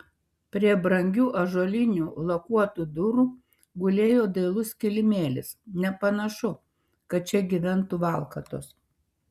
prie brangių ąžuolinių lakuotų durų gulėjo dailus kilimėlis nepanašu kad čia gyventų valkatos